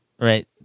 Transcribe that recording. right